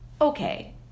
okay